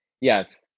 Yes